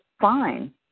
fine